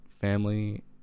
family